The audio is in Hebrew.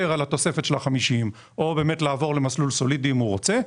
על התוספת של ה-50 שקלים או לעבור למסלול סולידי אם הוא רוצה.